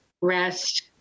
rest